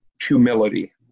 humility